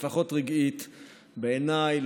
לפחות רגעית בעיניי,